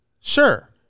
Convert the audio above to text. Sure